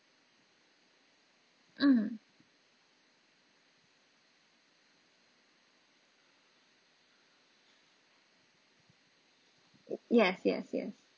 mm yes yes yes